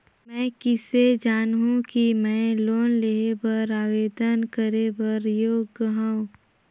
मैं किसे जानहूं कि मैं लोन लेहे बर आवेदन करे बर योग्य हंव?